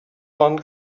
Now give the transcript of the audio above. one